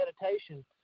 meditation